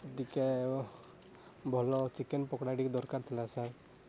ଟିକେ ଭଲ ଚିକେନ୍ ପକୋଡ଼ା ଟିକେ ଦରକାର ଥିଲା ସାର୍